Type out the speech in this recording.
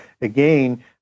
again